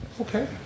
Okay